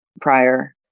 prior